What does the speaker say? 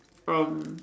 um